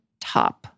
top